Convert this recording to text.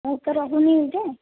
ମୁଁ ତ ରହୁନି ଏହିଠି